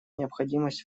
необходимость